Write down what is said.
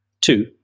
two